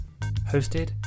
hosted